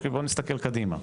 בוא נסתכל קדימה,